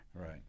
Right